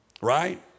right